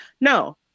No